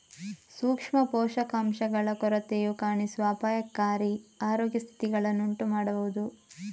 ಸೂಕ್ಷ್ಮ ಪೋಷಕಾಂಶಗಳ ಕೊರತೆಯು ಕಾಣಿಸುವ ಅಪಾಯಕಾರಿ ಆರೋಗ್ಯ ಪರಿಸ್ಥಿತಿಗಳನ್ನು ಉಂಟು ಮಾಡಬಹುದು